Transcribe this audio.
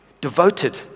Devoted